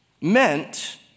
meant